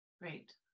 Great